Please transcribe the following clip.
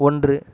ஒன்று